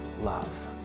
love